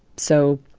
so